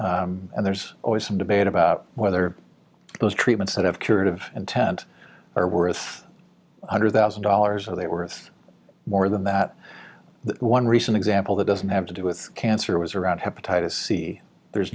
and there's always some debate about whether those treatments that have curative intent are worth one hundred thousand dollars are they worth more than that one recent example that doesn't have to do with cancer was around hepatitis c there's